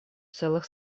целых